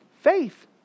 Faith